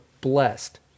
blessed